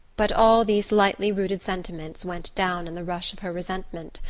but all these lightly-rooted sentiments went down in the rush of her resentment,